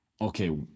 okay